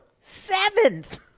Seventh